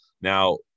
Now